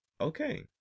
Okay